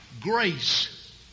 grace